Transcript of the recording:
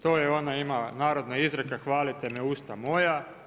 To je ona ima narodna izreka hvalite me usta moja.